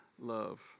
love